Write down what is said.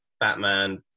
Batman